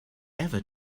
ever